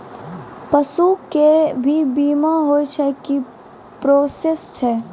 पसु के भी बीमा होय छै, की प्रोसेस छै?